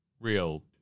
real